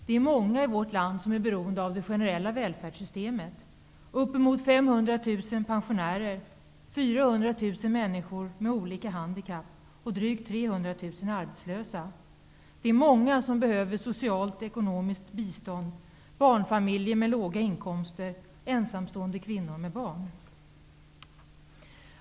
Det är många i vårt land som är beroende av det gene rella välfärdssystemet: uppemot 500 000 pensio närer, 400 000 människor med olika handikapp och drygt 300 000 arbetslösa. Det är många som behöver socialt ekonomiskt bistånd, t.ex. många barnfamiljer med låga inkomster och ensamstå ende kvinnor med barn.